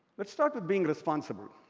let's start with being responsible.